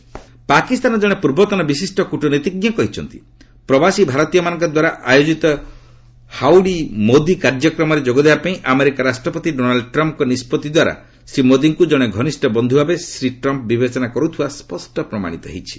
Pak Trump Modi ପାକିସ୍ତାନର ଜଣେ ପୂର୍ବତନ ବିଶିଷ୍ଟ କୃଟନୀତିଜ୍ଞ କହିଚ୍ଚନ୍ତି ପ୍ରବାସୀ ଭାରତୀୟମାନଙ୍କ ଦ୍ୱାରା ଆୟୋଜିତ ହାଉଡି ମୋଦି କାର୍ଯ୍ୟକ୍ରମରେ ଯୋଗଦେବାପାଇଁ ଆମେରିକା ରାଷ୍ଟ୍ରପତି ଡୋନାଲ୍ଚ ଟ୍ରମ୍ପଙ୍କ ନିଷ୍ପଭି ଦ୍ୱାରା ଶ୍ରୀ ମୋଦିଙ୍କୁ ଜଣେ ଘନିଷ୍ଠ ବନ୍ଧୁ ଭାବେ ଶ୍ରୀ ଟ୍ରମ୍ପ ବିବେଚନା କରୁଥିବା ସ୍ୱଷ୍ଟ ପ୍ରମାଣିତ ହୋଇଛି